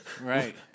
Right